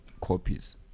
copies